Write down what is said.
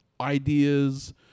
ideas